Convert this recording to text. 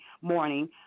morning